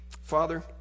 Father